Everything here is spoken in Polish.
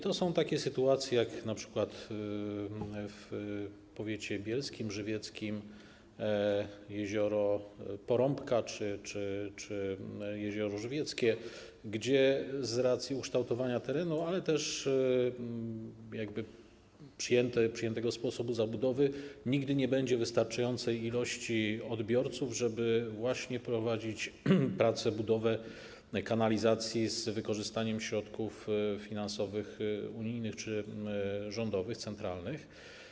To są takie sytuacje jak np. w powiecie bielskim, żywieckim, jezioro Porąbka czy Jezioro Żywieckie, gdzie z racji ukształtowania terenu, ale też przyjętego sposobu zabudowy nigdy nie będzie wystarczającej ilości odbiorców, żeby prowadzić pracę nad budową kanalizacji z wykorzystaniem środków finansowych unijnych czy rządowych, centralnych.